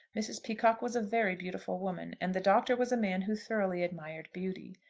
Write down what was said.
mrs. peacocke was a very beautiful woman, and the doctor was a man who thoroughly admired beauty.